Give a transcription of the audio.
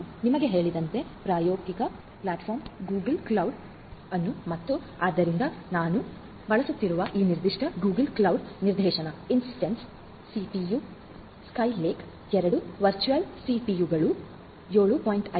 ನಾನು ನಿಮಗೆ ಹೇಳಿದಂತೆ ಪ್ರಾಯೋಗಿಕ ಪ್ಲಾಟ್ಫಾರ್ಮ್ ಗೂಗಲ್ ಕ್ಲೌಡ್ ಅನ್ನು ಮತ್ತು ಆದ್ದರಿಂದ ನಾವು ಬಳಸುತ್ತಿರುವ ಈ ನಿರ್ದಿಷ್ಟ ಗೂಗಲ್ ಕ್ಲೌಡ್ ನಿದರ್ಶನಇನ್ಸ್ಟೆನ್ಸ್ ಸಿಪಿಯು ಇಂಟೆಲ್ ಸ್ಕೈಲೇಕ್ 2 ವರ್ಚುವಲ್ ಸಿಪಿಯುಗಳು RAM 7